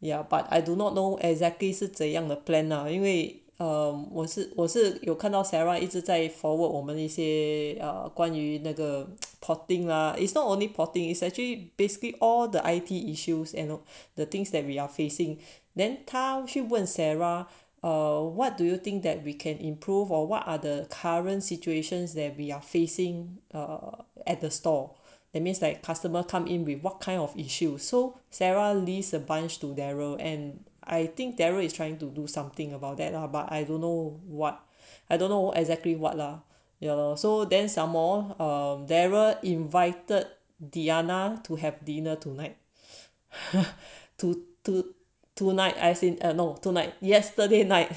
yeah but I do not know exactly 是怎样的 plan lah 因为我是我是有看到 sarah 一直在 forward 我们那些关于那个 porting lah it's not only porting is actually basically all the I_T issues and the things that we are facing then 他去问 sarah err what do you think that we can improve or what other current situations that we are facing err at the store that means like customer come in with what kind of issue so sarah list a bunch to daryl and I think daryl is trying to do something about that lah but I don't know what I don't know exactly [what] lah ya lor so then some more uh daryl invited diana to have dinner tonight to~ to~ tonight as in uh no tonight yesterday night